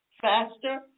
faster